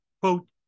quote